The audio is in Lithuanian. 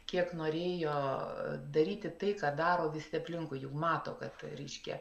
kiek norėjo daryti tai ką daro visi aplinkui juk mato kad reiškia